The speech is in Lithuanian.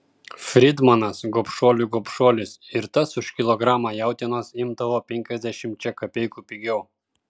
fridmanas gobšuolių gobšuolis ir tas už kilogramą jautienos imdavo penkiasdešimčia kapeikų pigiau